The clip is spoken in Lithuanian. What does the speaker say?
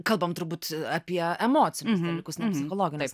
kalbam turbūt apie emocinius dalykus psichologinius